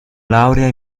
laurea